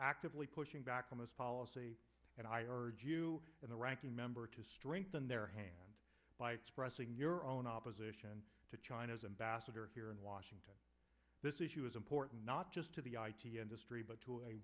actively pushing back on this policy and i urge you and the ranking member to strengthen their hand by expressing your own opposition to china's ambassador here in washington this issue is important not just to the industry but to a